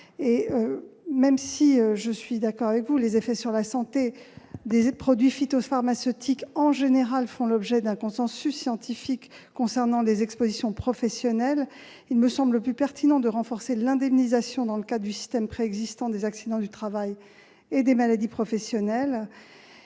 Même si je suis d'accord avec vous, les effets sur la santé des produits phytopharmaceutiques en général font l'objet d'un consensus scientifique concernant des expositions professionnelles. Il me semble plus pertinent de renforcer l'indemnisation dans le cadre du système préexistant des accidents du travail et des maladies professionnelles,